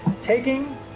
taking